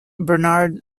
bernard